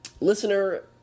listener